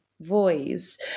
voice